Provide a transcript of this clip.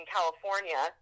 California